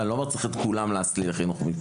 ואני לא אומר שצריך להסליל לשם את כולם,